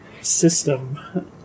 system